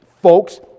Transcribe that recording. Folks